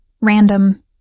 Random